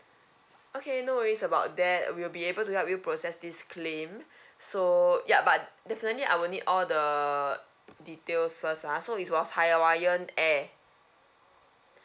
okay no worries about that we'll be able to help you process this claim so yup but definitely I will need all the details first ah so it was hawaiian air